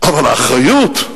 אבל האחריות,